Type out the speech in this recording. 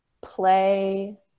play